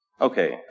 Okay